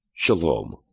Shalom